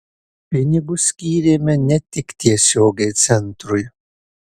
pinigus skyrėme ne tik tiesiogiai centrui